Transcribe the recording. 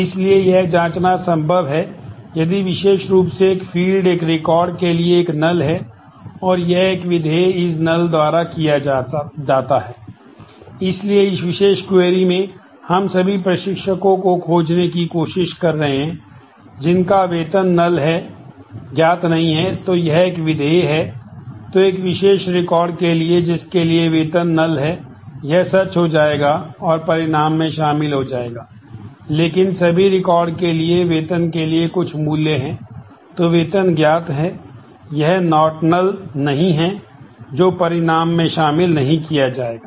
इसलिए इस विशेष क्वेरी नहीं है जो परिणाम में शामिल नहीं किया जाएगा